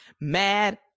mad